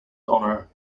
honor